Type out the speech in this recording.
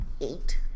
Eight